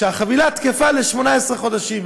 שהחבילה תקפה ל-18 חודשים,